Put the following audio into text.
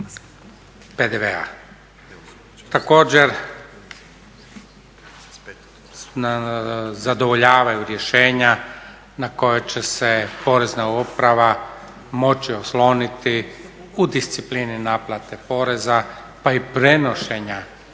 PDV-a. Također, zadovoljavaju rješenja na koja će se Porezna uprava moći osloniti u disciplini naplate poreza pa i prenošenja